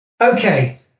Okay